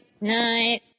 night